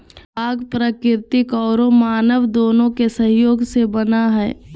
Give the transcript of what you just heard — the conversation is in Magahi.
बाग प्राकृतिक औरो मानव दोनों के सहयोग से बना हइ